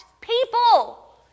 people